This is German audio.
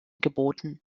geboten